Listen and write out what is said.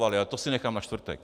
Ale to si nechám na čtvrtek.